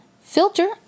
Filter